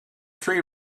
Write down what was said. tree